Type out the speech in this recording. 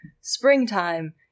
springtime